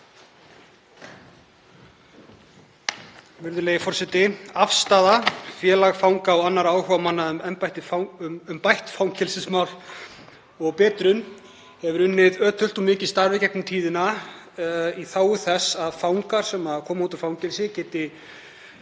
Virðulegi forseti. Afstaða, félag fanga og annarra áhugamanna um bætt fangelsismál og betrun, hefur unnið ötult og mikið starf í gegnum tíðina í þágu þess að fangar sem koma út úr fangelsi geti